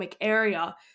area